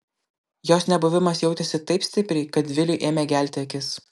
jos nebuvimas jautėsi taip stipriai kad viliui ėmė gelti akis